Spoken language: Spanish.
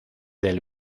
del